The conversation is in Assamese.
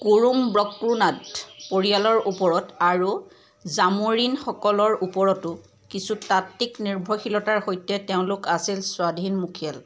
কুৰুমব্ৰকুনাথ পৰিয়ালৰ ওপৰত আৰু জামোৰিনসকলৰ ওপৰতো কিছু তাত্ত্বিক নিৰ্ভৰশীলতাৰ সৈতে তেওঁলোক আছিল স্বাধীন মুখীয়াল